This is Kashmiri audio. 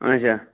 اَچھا